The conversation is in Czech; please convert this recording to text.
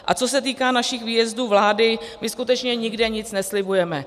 A co se týká našich výjezdů vlády, my skutečně nikde nic neslibujeme.